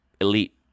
elite